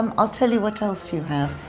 um i'll tell you what else you have.